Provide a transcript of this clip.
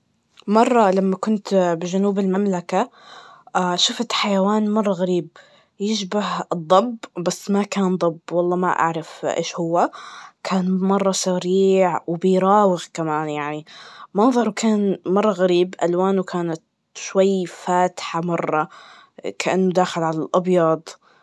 مرة لما كنت بجنوب الممملكة, شفت حيوان مرة غريب, يشبه الضب, بس ما كان ضب, والله ما أعرف إيش هوا, كان مرة سريييع, وبيراوغ كمان, يعني منظره كان مرة غريب, ألوانه كانت شوي فاتحة مرة, كأنه داخل على الأبيض.